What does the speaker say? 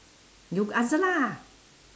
you answer lah